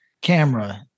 camera